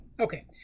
Okay